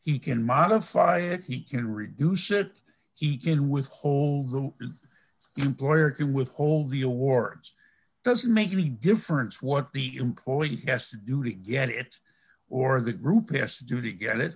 he can modify it he can reduce it he can withhold the employer can withhold the awards doesn't make any difference what the employee has to do to get it or the group s to do to get it